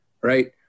right